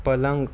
पलंग